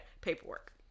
paperwork